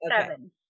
seven